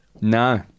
No